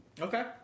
Okay